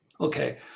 Okay